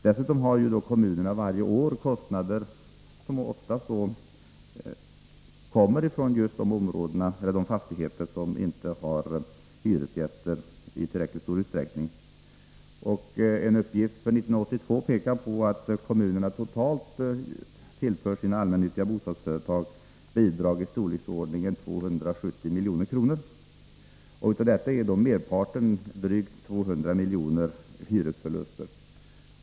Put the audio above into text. Dessutom har kommunerna varje år kostnader som oftast härrör just från de fastigheter som inte har hyresgäster i tillräckligt stor utsträckning. En uppgift för 1982 pekar på att kommunerna totalt tillför sina allmännyttiga bostadsföretag bidrag i storleksordningen 270 milj.kr. Av detta är då merparten, drygt 200 milj.kr., hyresförluster.